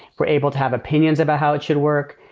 we're able to have opinions about how it should work.